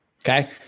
okay